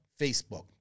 Facebook